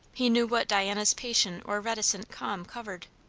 he knew what diana's patient or reticent calm covered.